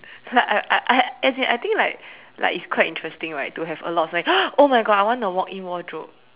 like I I I as in I think like like it's quite interesting right to have a lot it's like oh my God I want a walk in wardrobe